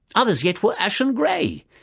others yet were ashen grey.